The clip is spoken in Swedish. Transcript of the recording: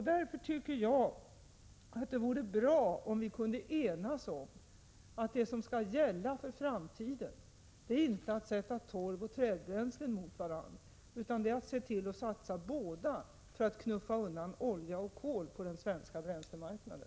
Därför tycker jag att det vore bra om vi kunde enas om att det som skall gälla för framtiden inte är att sätta torv och trädbränslen mot varandra, utan det är att satsa på båda för att knuffa undan olja och kol på den svenska bränslemarknaden.